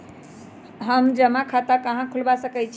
हम जमा खाता कहां खुलवा सकई छी?